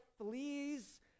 fleas